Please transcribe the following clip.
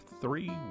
three